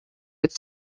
its